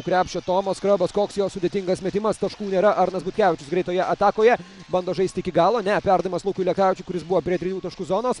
krepšio tomas kriobas koks jo sudėtingas metimas taškų nėra arnas butkevičius greitoje atakoje bando žaisti iki galo ne perdavimas lukui lekavičiui kuris buvo prie trijų taškų zonos